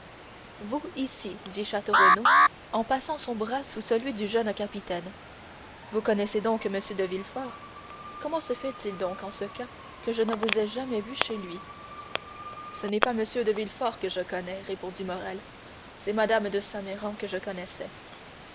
vous ici dit château renaud en passant son bras sous celui du jeune capitaine vous connaissez donc m de villefort comment se fait-il donc en ce cas que je ne vous aie jamais vu chez lui ce n'est pas m de villefort que je connais répondit morrel c'est mme de saint méran que je connaissais